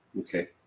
Okay